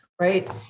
right